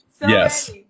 yes